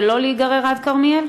ולא להיגרר עד כרמיאל?